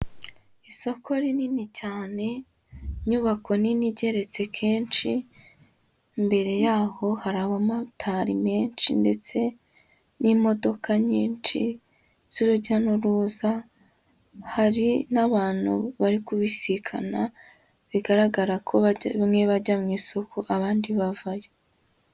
Isoko rinini cyane, inyubako nini igeretse kenshi, imbere yaho hari abamotari benshi ndetse n'imodoka nyinshi z'urujya n'uruza, hari n'abantu bari kubisikana bigaragara ko bamwe bajya mu isoko abandi bavayo.